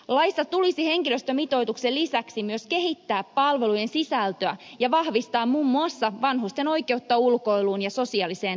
laissa tulisi henkilöstömitoituksen lisäksi myös kehittää palvelujen sisältöä ja vahvistaa muun muassa vanhusten oikeutta ulkoiluun ja sosiaaliseen toimintaan